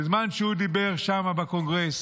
בזמן שהוא דיבר שם בקונגרס